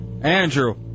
Andrew